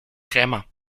krämer